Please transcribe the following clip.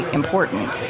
important